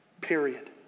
period